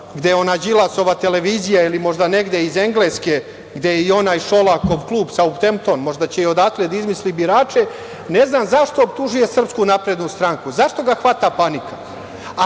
gde je ona Đilasova televizija, ili možda negde iz Engleske, gde je onaj Šolakov klub Sautempton, možda će i odatle da izmisli birače, ne znam zašto optužuje SNS? Zašto ga hvata panika? Pri